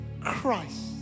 Christ